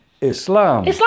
Islam